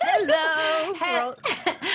Hello